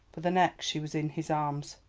for the next she was in his arms.